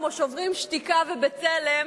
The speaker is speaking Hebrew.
כמו "שוברים שתיקה" ו"בצלם",